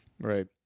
right